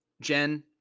Jen